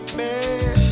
man